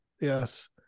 yes